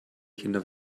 kinder